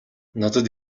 надад